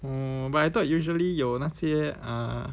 oh but I thought usually 有那些 err